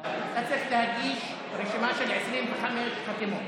אתה צריך להגיש רשימה של 25 חתימות.